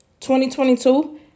2022